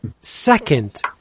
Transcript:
second